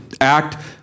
act